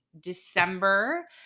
December